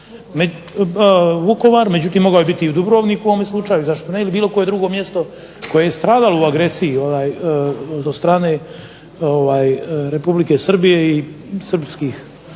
Vukovar, međutim mogao je biti u Dubrovniku u ovom slučaju zašto ne, ili bilo koje drugo mjesto koje je stradalo u agresiji od strane Republike Srbije i srpskih